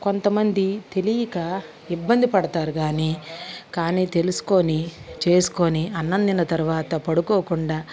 కొంతమంది తెలియక ఇబ్బంది పడతారు కాని కానీ తెలుసుకొని చేసుకొని అన్నం తిన్న తర్వాత పడుకోకుండా